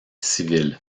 civil